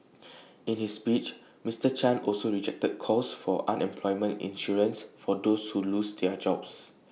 in his speech Mister chan also rejected calls for unemployment insurance for those who lose their jobs